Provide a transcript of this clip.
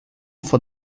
for